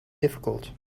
difficult